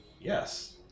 Yes